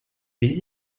les